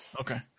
Okay